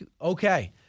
okay